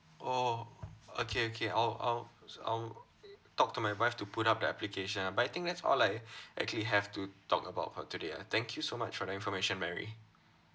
orh okay okay I'll um s~ um talk to my wife to put up the application ah but I think that's all I actually have to talk about for today ah thank you so much for the information mary